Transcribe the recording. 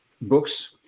books